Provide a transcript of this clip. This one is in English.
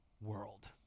world